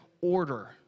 order